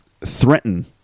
threaten